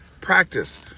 practice